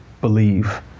believe